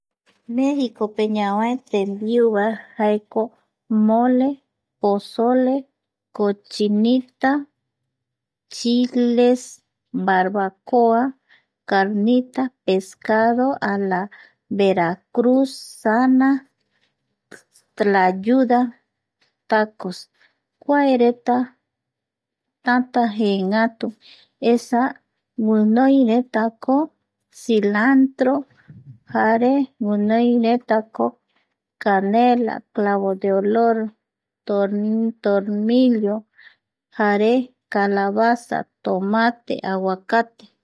Mexicope ñavae tembiuva jaeko mole, posole, cochinita, chiles, barbacoa, carnita pescado, anaveracruz, sana, playuda, tacos, kua reta tätä jëëngatu, esa guinoiretako, cilantro ajre guinoiretako canela, clavo de olor tormillo jare calabaza, tomate, aguakate